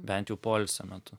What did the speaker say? bent jau poilsio metu